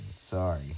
sorry